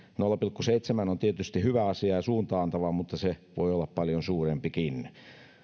nolla pilkku seitsemän on tietysti hyvä asia ja suuntaa antava mutta se voi olla paljon suurempikin